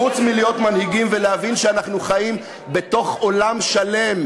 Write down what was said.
חוץ מלהיות מנהיגים ולהבין שאנחנו חיים בתוך עולם שלם,